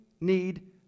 need